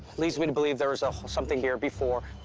leads me to believe there was ah something here before.